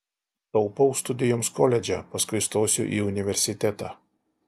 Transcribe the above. taupau studijoms koledže paskui stosiu į universitetą